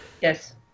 yes